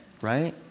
right